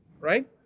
right